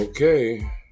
Okay